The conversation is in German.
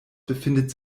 befindet